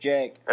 Jake